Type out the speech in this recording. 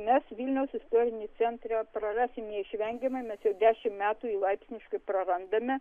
mes vilniaus istorinį centrą prarasim neišvengiamai mes jau dešimt metų laipsniškai prarandame